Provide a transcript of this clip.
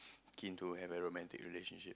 keen to have a romantic relationship